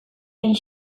hain